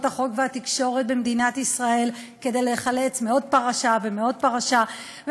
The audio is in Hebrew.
החוק והתקשורת במדינת ישראל כדי להיחלץ מעוד פרשה ומעוד פרשה.